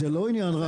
זה לא עניין רע,